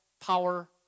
power